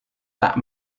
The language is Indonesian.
tak